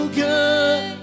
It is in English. good